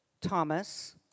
Thomas